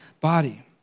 body